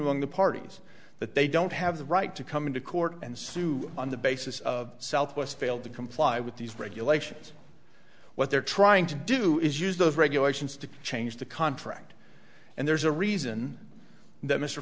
among the parties that they don't have the right to come into court and sue on the basis of southwest failed to comply with these regulations what they're trying to do is use those regulations to change the contract and there's a reason that mr